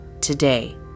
today